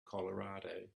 colorado